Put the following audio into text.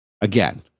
Again